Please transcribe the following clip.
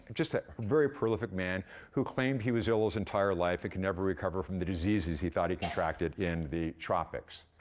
just a very prolific man who claimed he was ill his entire life and could never recover from the diseases he thought he contracted in the tropics.